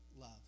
love